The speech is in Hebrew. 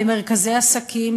למרכזי עסקים,